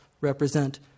represent